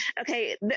Okay